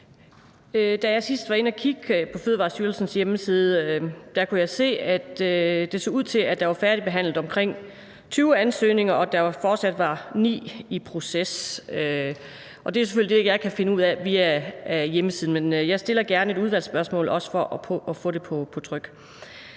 Da jeg sidst var inde at kigge på Fødevarestyrelsens hjemmeside, kunne jeg se, at det så ud til, at der var færdigbehandlet omkring 20 ansøgninger, og at der fortsat var ni i proces. Og det er jo selvfølgelig det, jeg kan finde ud af via hjemmesiden, men jeg stiller gerne et udvalgsspørgsmål også for at få det på tryk.